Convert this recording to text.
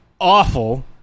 awful